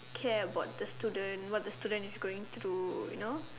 care about the student what the student going through you know